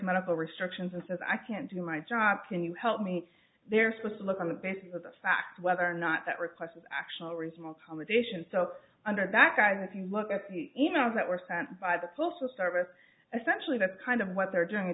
medical restrictions and says i can't do my job can you help me they're supposed to look on the basis of the fact whether or not that request was actual result home edition so under that guys if you look at the even those that were sent by the postal service essentially that's kind of what they're doing it